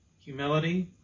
humility